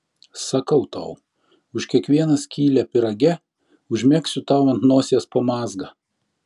sakau tau už kiekvieną skylę pyrage užmegsiu tau ant nosies po mazgą